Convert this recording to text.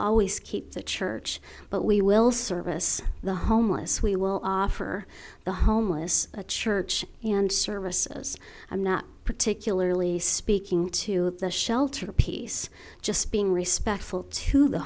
always keep the church but we will service the homeless we will offer the homeless a church and services i'm not particularly speaking to the shelter piece just being respectful to the